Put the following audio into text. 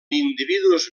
individus